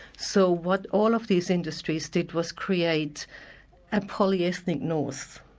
so what all of these industries did was create a polyethnic north,